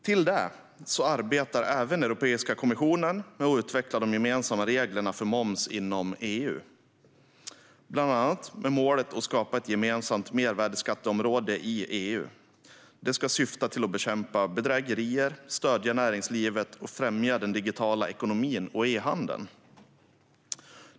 Till det arbetar även Europeiska kommissionen med att utveckla de gemensamma reglerna för moms inom EU, bland annat med målet att skapa ett gemensamt mervärdesskatteområde i EU. Det ska syfta till att bekämpa bedrägerier, stödja näringslivet och främja den digitala ekonomin och e-handeln.